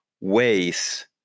ways